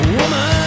woman